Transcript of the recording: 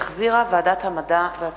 שהחזירה ועדת המדע והטכנולוגיה.